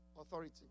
authority